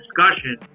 discussion